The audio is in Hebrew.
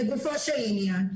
לגופו של עניין.